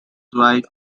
wife